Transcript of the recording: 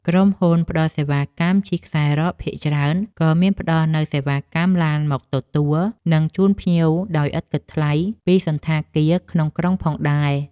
ក្រុមហ៊ុនផ្តល់សេវាកម្មជិះខ្សែរ៉កភាគច្រើន ក៏មានផ្ដល់នូវសេវាកម្មឡានមកទទួល និងជូនភ្ញៀវដោយឥតគិតថ្លៃពីសណ្ឋាគារក្នុងក្រុងផងដែរ។